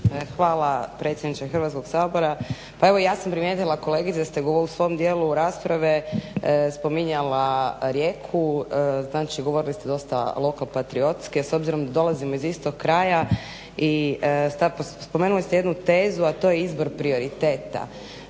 Hvala predsjedniče Hrvatskog sabora. Pa evo i ja sam primijetila kolegice da ste u svom dijelu rasprave spominjala Rijeku, znači govorili ste dosta lokalpatriotski, a s obzirom da dolazimo iz istog kraja i spomenuli ste jednu tezu, a to je izbor prioriteta.